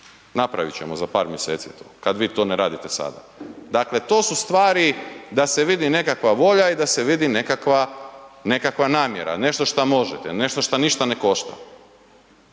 Napravit ćemo za par mjeseci je to kad vi to ne radite sada. Dakle, to su stvari da se vidi nekakva volja i da se vidi nekakva namjera, nešto što možete, nešto šta ništa ne košta,